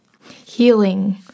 healing